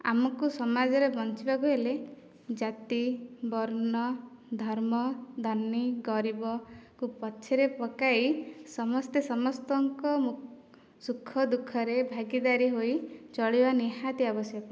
ଆମକୁ ସମାଜରେ ବଞ୍ଚିବାକୁ ହେଲେ ଜାତି ବର୍ଣ୍ଣ ଧର୍ମ ଧନୀ ଗରିବକୁ ପଛରେ ପକାଇ ସମସ୍ତେ ସମସ୍ତଙ୍କୁ ସୁଖ ଦୁଃଖରେ ଭାଗୀଦାରି ହୋଇ ଚଳିବା ନିହାତି ଆବଶ୍ୟକ